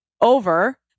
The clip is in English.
over